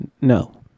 No